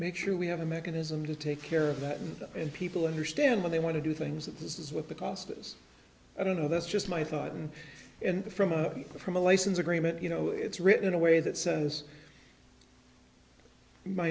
make sure we have a mechanism to take care of that and people understand when they want to do things that this is what the cost is i don't know that's just my thought and from a from a license agreement you know it's written in a way that says my